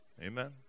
Amen